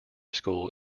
school